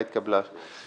ההחלטה התקבלה.